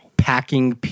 Packing